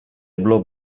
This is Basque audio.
blog